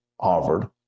Harvard